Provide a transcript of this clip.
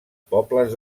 pobles